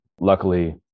luckily